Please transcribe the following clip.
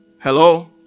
Hello